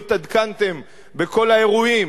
לא התעדכנתם בכל האירועים,